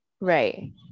Right